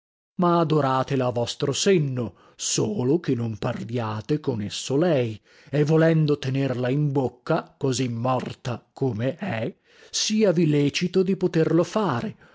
ma adoratela a vostro senno solo che non parliate con esso lei e volendo tenerla in bocca così morta come è siavi lecito di poterlo fare